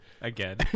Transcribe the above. Again